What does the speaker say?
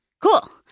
Cool